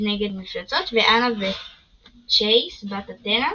נגד מפלצות, ואנבת' צ'ייס, בת אתנה,